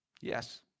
Yes